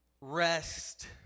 Rest